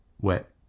wet